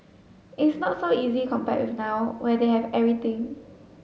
it's not so easy compared now where they have everything